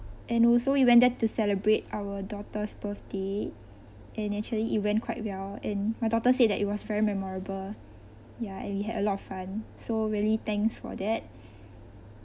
and also we went there to celebrate our daughter's birthday and actually it went quite well and my daughter said that it was very memorable ya and we had a lot of fun so really thanks for that